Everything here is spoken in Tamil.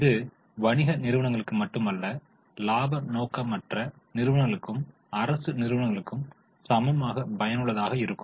இது வணிக நிறுவனங்களுக்கு மட்டுமல்ல இலாப நோக்கற்ற நிறுவனங்களுக்கு அரசு நிறுவனங்களுக்கு சமமாக பயனுள்ளதாக இருக்கும்